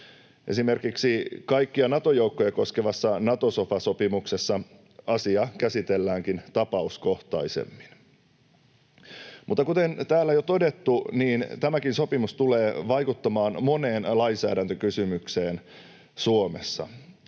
Esimerkiksi kaikkia Nato-joukkoja koskevassa Nato-sofa-sopimuksessa asia käsitelläänkin tapauskohtaisemmin. Mutta kuten täällä on jo todettu, tämäkin sopimus tulee vaikuttamaan moneen lainsäädäntökysymykseen Suomessa.